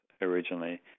originally